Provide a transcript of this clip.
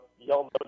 yell